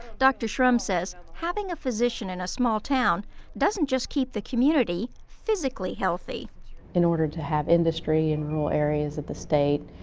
dr shrum says having a physician in a small town doesn't just keep the community physically healthy. shrum in order to have industry in rural areas of the state,